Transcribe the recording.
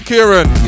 Kieran